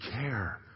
care